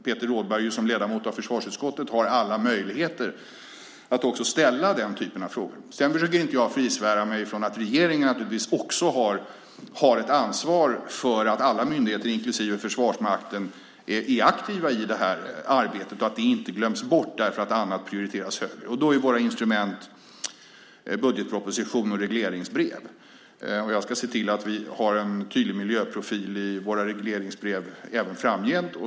Peter Rådberg har ju som ledamot av försvarsutskottet alla möjligheter att ställa den typen av frågor. Jag försöker inte svära mig fri från att regeringen naturligtvis också har ett ansvar för att alla myndigheter inklusive Försvarsmakten är aktiva i detta arbete och att det inte glöms bort för att annat prioriteras högre. Våra instrument för detta är budgetproposition och regleringsbrev. Jag ska se till att vi har en tydlig miljöprofil i våra regleringsbrev även framgent.